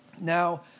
Now